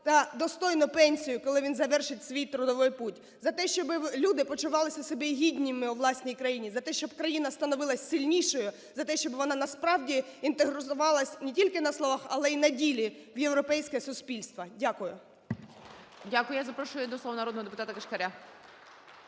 та достойну пенсію, коли він завершить свій трудовий путь; за те, щоб люди почували себе гідними у власній країні; за те, щоб країна становилася сильнішою; за те, щоб вона насправді інтегрувалася не тільки на словах, але і на ділі в європейське суспільство. Дякую. ГОЛОВУЮЧИЙ. Дякую. Я запрошую до слова народного депутатаКишкаря.